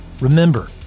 Remember